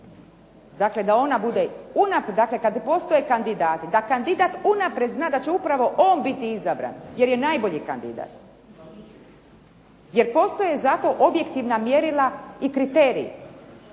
Dakle, kada postoje kandidati, kada kandidat unaprijed zna da će on biti izabran jer je najbolji kandidat, jer postoji za to objektivna mjerila i kriteriji